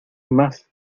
más